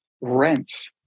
rents